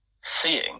seeing